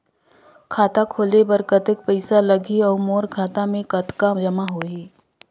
खाता खोले बर कतेक पइसा लगही? अउ मोर खाता मे कतका जमा होही?